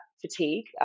fatigue